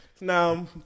Now